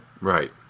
Right